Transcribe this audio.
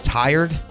tired